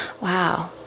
wow